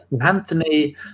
Anthony